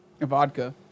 vodka